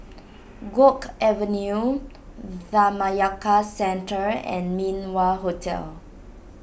Guok Avenue Dhammayaka Centre and Min Wah Hotel